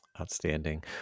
Outstanding